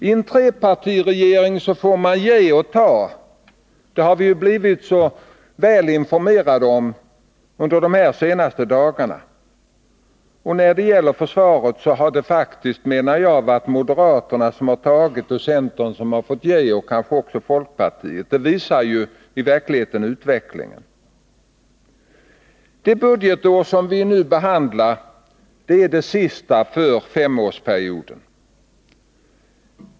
I en trepartiregering får man ge och ta — det har vi blivit väl informerade om under de senaste dagarna. När det gäller försvaret har det faktiskt, menar jag, varit moderaterna som har tagit och centern och kanske också folkpartiet som har givit. Det visar utvecklingen. Det budgetår som vi nu behandlar är det sista för femårsperioden.